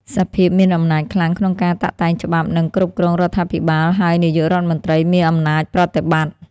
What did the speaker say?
សភាមានអំណាចខ្លាំងក្នុងការតាក់តែងច្បាប់ និងគ្រប់គ្រងរដ្ឋាភិបាល ហើយ នាយករដ្ឋមន្ត្រីមានអំណាចប្រតិបត្តិ។